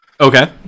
Okay